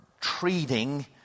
treating